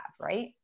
right